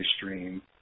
stream